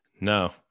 No